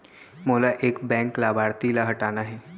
मोला एक बैंक लाभार्थी ल हटाना हे?